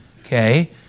okay